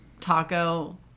taco